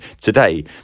Today